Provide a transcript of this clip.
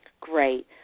Great